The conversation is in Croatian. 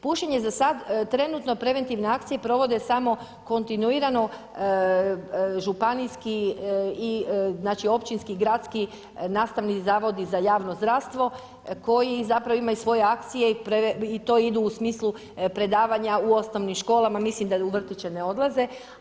Pušenje za sada trenutno preventivne akcije provode samo kontinuirano županijski i općinski, gradski nastavni Zavodi za javno zdravstvo koji imaju svoje akcije i to idu u smislu predavanja u osnovnim školama, mislim da u vrtiće ne odlaze.